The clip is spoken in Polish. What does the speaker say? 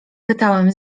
pytałem